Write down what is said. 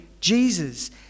Jesus